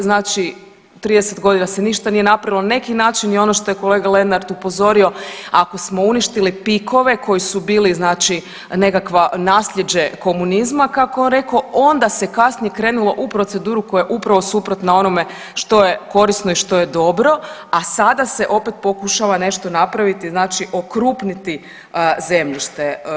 Znači 30 godina se ništa nije napravilo, na neki način je ono što je kolega Lenart upozorio ako smo uništili pikove koji su bili znači nekakva nasljeđe komunizma kako je on rekao, onda se kasnije krenulo u proceduru koja je upravo suprotna onome što je korisno i što je dobro, a sada se opet pokušava nešto napraviti znači okrupniti zemljište.